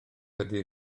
ydy